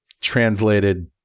Translated